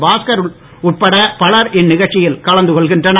பாஸ்கர் உட்பட பலர் இந்நிகழ்ச்சியில் கலந்து கொள்ளகின்றனர்